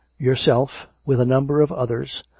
yourself, with a number of others,